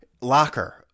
locker